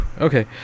Okay